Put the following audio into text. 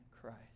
Christ